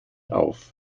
auf